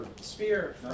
spear